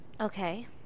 Okay